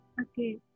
Okay